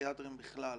הפסיכיאטריים בכלל,